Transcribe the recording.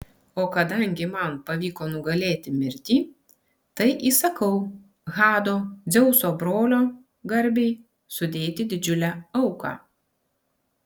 o kadangi man pavyko nugalėti mirtį tai įsakau hado dzeuso brolio garbei sudėti didžiulę auką